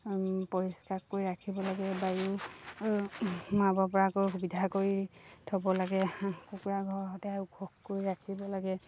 পৰিষ্কাৰ কৰি ৰাখিব লাগে বায়ু সোমাব পৰাকৈ সুবিধা কৰি থ'ব লাগে হাঁহ কুকুৰা ঘৰ সদায় ওখকৈ কৰি ৰাখিব লাগে